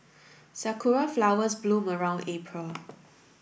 sakura flowers bloom around April